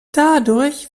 dadurch